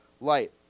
Light